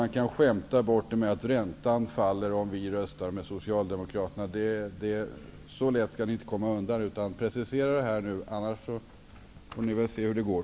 Man kan inte skämta bort det här med att räntan faller om vi i Ny demokrati röstar med Socialdemokraterna. Så lätt kan ni inte komma undan. Precisera er nu, annars får ni väl se hur det går.